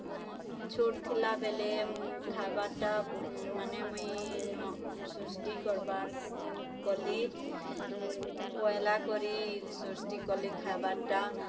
ଛୋଟ୍ ଥିଲାବେଲେ ଖାଏବାର୍ଟା ମାନେ ମୁଇଁ ସୃଷ୍ଟି କରବାର୍ କଲି ପହେଲା କରି ସୃଷ୍ଟି କଲି ଖାଏବାରଟା